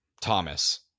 Thomas